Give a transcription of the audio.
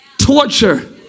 torture